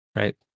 right